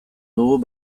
dugu